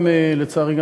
לצערי,